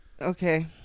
Okay